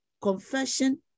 Confession